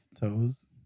toes